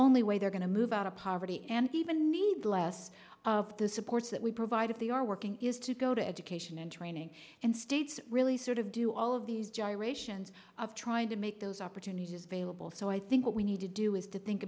only way they're going to move out of poverty and even need less of the supports that we provide if they are working is to go to education and training and states really sort of do all of these gyrations of trying to make those opportunities available so i think what we need to do is to think